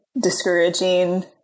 discouraging